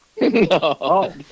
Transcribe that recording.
No